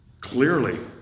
Clearly